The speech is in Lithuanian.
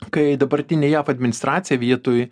kai dabartinė jav administracija vietoj